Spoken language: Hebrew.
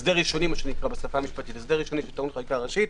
הסדר ראשוני שטעון חקיקה ראשית.